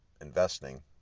investing